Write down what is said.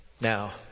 Now